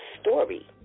story